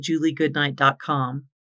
juliegoodnight.com